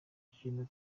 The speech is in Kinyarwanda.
kintu